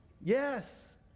Yes